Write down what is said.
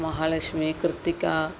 Mahalakshmi Kiruthika